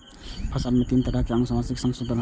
फसल मे तीन तरह सं आनुवंशिक संशोधन होइ छै